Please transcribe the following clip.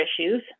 issues